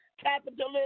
capitalism